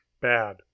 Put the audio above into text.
Bad